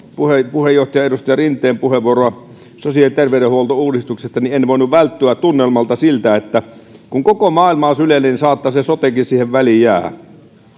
puheenjohtaja edustaja rinteen puheenvuoroa sosiaali ja terveydenhuoltouudistuksesta en voinut välttyä siltä tunnelmalta että kun koko maailmaa syleilee niin saattaa se sotekin siihen väliin jäädä